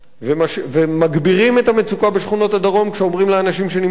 ומגבירים את המצוקה בשכונות הדרום כשאומרים לאנשים שנמצאים שם: